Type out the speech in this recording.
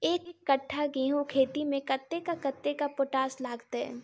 एक कट्ठा गेंहूँ खेती मे कतेक कतेक पोटाश लागतै?